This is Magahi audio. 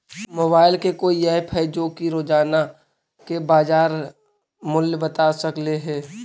मोबाईल के कोइ एप है जो कि रोजाना के बाजार मुलय बता सकले हे?